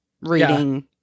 reading